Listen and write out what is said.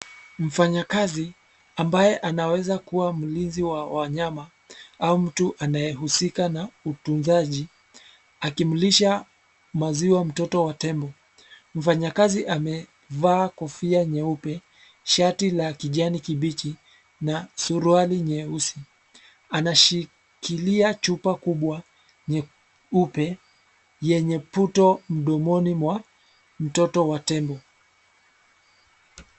Mfanyakazi ambaye anaweza kuwa mlinzi wa wanyama au mtu anayehusika na utunzaji; akimlisha maziwa mtoto wa tembo. Mfanyakazi amevaa kofia nyeupe, shati la kijani kibichi na suruali nyeusi. Anashikilia chupa kubwa nyeupe yenye puto, mdomoni mwa mtoto wa tembo.